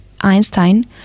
Einstein